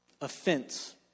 Offense